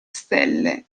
stelle